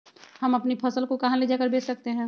हम अपनी फसल को कहां ले जाकर बेच सकते हैं?